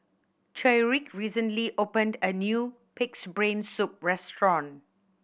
Tyriq recently opened a new Pig's Brain Soup restaurant